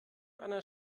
einer